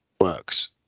works